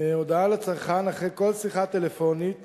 הודעה לצרכן אחרי כל שיחה טלפונית